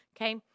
Okay